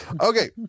Okay